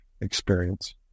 experience